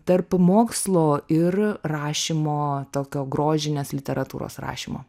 tarp mokslo ir rašymo tokio grožinės literatūros rašymo